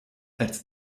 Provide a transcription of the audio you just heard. als